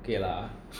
okay lah